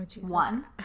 One